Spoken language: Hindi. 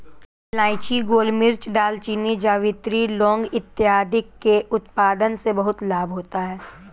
इलायची, गोलमिर्च, दालचीनी, जावित्री, लौंग इत्यादि के उत्पादन से बहुत लाभ होता है